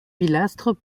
pilastres